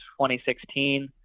2016